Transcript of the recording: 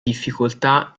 difficoltà